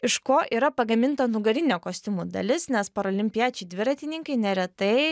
iš ko yra pagaminta nugarinė kostiumų dalis nes paralimpiečiai dviratininkai neretai